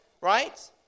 right